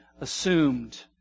assumed